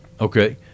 Okay